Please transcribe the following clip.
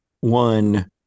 one